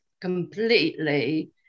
completely